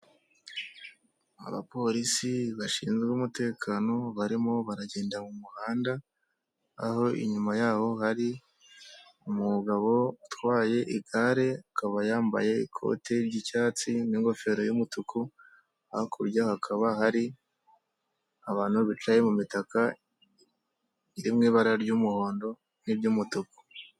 Abapolisi bashinzwe umutekano barimo baragenda mu muhanda, aho inyuma yaho hari umugabo utwaye igare, akaba yambaye ikote ry'icyatsi n'ingofero y'umutuku hakurya hakaba hari abantu bicaye mu mitaka iri mu ibara ry'umuhondo n'ibara ry'umutuku.